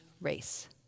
race